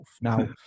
now